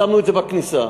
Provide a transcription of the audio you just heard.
שמנו את זה בכניסה.